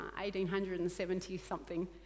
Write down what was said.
1870-something